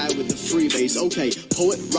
with the free base, okay poet